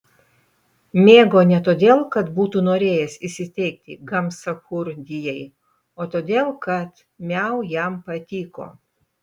mėgo ne todėl kad būtų norėjęs įsiteikti gamsachurdijai o todėl kad miau jam patiko